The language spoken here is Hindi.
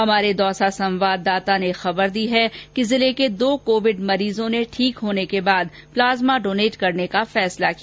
हमारे दौसा संवाददाता ने खबदी है कि जिले के दो कोविड मरीजों ने ठीक होने के बाद प्लाज्मा डोनेट करने का फैसला किया